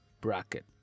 bracket